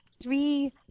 three